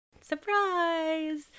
Surprise